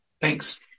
Thanks